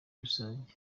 rusange